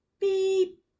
beep